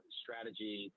strategy